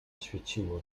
świeciło